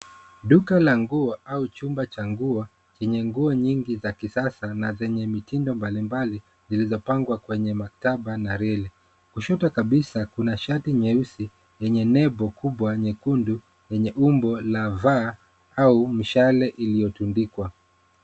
Duka la nguo au chumba cha nguo chenye nguo nyingi za kisasa na chenye mitindo mbalimbali zilizopangwa kwenye maktaba na reli .Kushoto kabisa kuna shati nyeusi yenye nebo kubwa na nyekundu yenye umbo la paa au mishale iliyotundikwa.